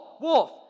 wolf